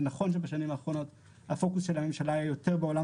זה נכון שבשנים האחרונות הפוקוס של הממשלה היה יותר בעולם